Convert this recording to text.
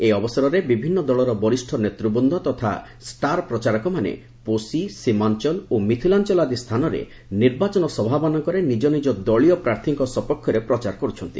ଏହି ଅବସରରେ ବିଭିନ୍ନ ଦଳର ବରିଷ୍ଣ ନେତୃବ୍ନ୍ଦ ତଥା ଷ୍ଟାର ପ୍ରଚାରକମାନେ ପୋଷି ସୀମାଞ୍ଚଲ ଓ ମିଥିଲାଞ୍ଚଲ ଆଦି ସ୍ଥାନରେ ନିର୍ବାଚନ ସଭାମାନଙ୍କରେ ନିଜ ନିଜ ଦଳୀୟ ପ୍ରାର୍ଥୀଙ୍କ ସପକ୍ଷରେ ପ୍ରଚାର କରୁଛନ୍ତି